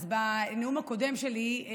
בנאום הקודם שלי,